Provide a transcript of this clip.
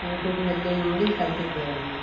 ಯೂಟ್ಯೂಬ್ನಲ್ಲಿ ನೋಡಿ ಕಲಿತಿದ್ದೇವೆ